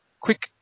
quick